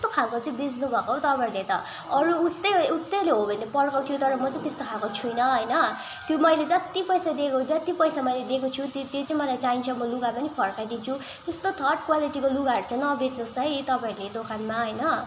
कस्तो खालको चाहिँ बेच्नुभएको हो तपाईँले त अरू उस्तै उस्तैले हो भने त पड्काउँथ्यो तर म चाहिँ त्यस्तो खालको छुइनँ होइन त्यो मैले जत्ति पैसा दिएको जत्ति पैसा मैले दिएको छु त्यति चाहिँ मलाई चाहिन्छ म लुगा पनि फर्काइदिन्छु त्यस्तो थर्ड क्वालिटीको लुगाहरू चाहिँ नबेच्नुहोस् है तपाईँले दोकानमा होइन